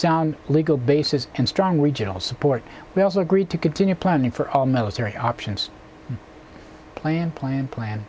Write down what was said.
sound legal basis and strong regional support we also agreed to continue planning for all military options plan plan plan